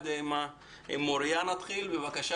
איפה אנחנו